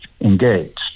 engaged